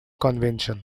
convention